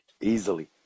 easily